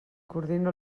coordina